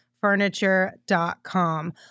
furniture.com